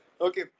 Okay